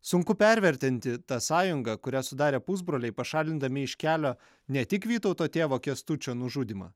sunku pervertinti tą sąjungą kurią sudarė pusbroliai pašalindami iš kelio ne tik vytauto tėvo kęstučio nužudymą